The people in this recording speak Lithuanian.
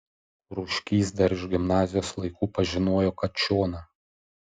rūškys dar iš gimnazijos laikų pažinojo kačioną